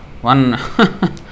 one